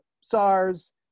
SARS